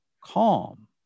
calm